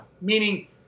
meaning